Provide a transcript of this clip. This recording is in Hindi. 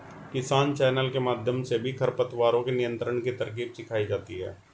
किसान चैनल के माध्यम से भी खरपतवारों के नियंत्रण की तरकीब सिखाई जाती है